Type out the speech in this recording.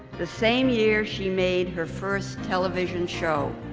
the same year she made her first television show.